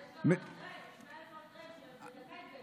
ויש גם 100,000 אריתריאים שבדקה יתגיירו.